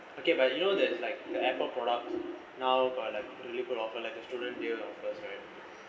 okay but you know there's like the apple products now are like two offer like the student deal of first right